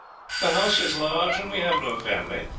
the house is large, and we have no family.